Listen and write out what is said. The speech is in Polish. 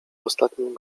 ostatnim